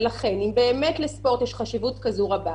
אם באמת לספורט יש חשיבות כזו רבה,